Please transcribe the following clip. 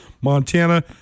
Montana